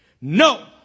No